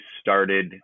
started